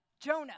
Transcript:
Jonah